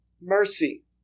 mercy